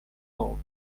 court